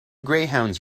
greyhounds